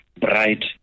bright